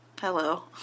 Hello